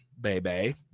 baby